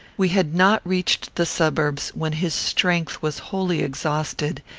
we had not reached the suburbs, when his strength was wholly exhausted,